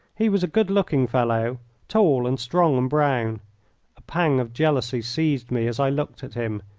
he was a good-looking fellow tall, and strong and brown a pang of jealousy seized me as i looked at him.